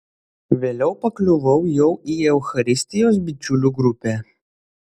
vėliau pakliuvau jau į eucharistijos bičiulių grupę